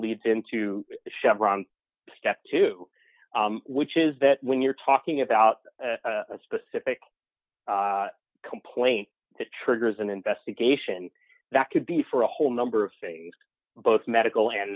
leads into chevron step two which is that when you're talking about a specific complaint that triggers an investigation that could be for a whole number of things both medical and